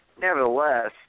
nevertheless